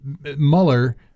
Mueller